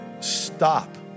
stop